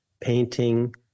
painting